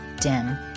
dim